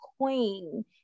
queen